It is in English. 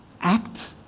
act